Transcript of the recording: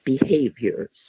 behaviors